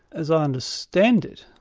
as i understand it,